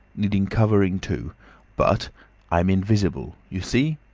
needing covering too but i'm invisible. you see?